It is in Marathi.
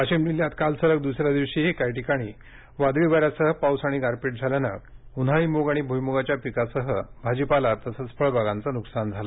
वाशीम जिल्ह्यात काल सलग दुसऱ्या दिवशीही काही ठिकाणी वादळी वाऱ्यासह पाऊस आणि गारपीट झाल्याने उन्हाळी मूग आणि भुईमूगाच्या पिकासह भाजीपाला तसंच फळाबागाच नुकसान झालं